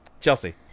Chelsea